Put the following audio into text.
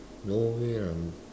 no way lah